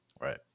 Right